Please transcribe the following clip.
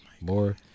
More